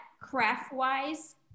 craft-wise